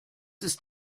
ist